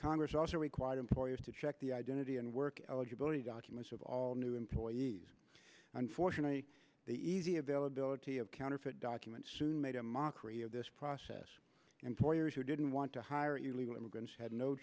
congress also require employers to check the identity and work eligibility documents of all new employees unfortunately the easy availability of counterfeit documents soon made a mockery of this process employers who didn't i want to hire illegal immigrants had no